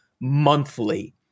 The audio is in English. monthly